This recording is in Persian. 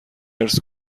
ارث